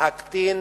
להקטין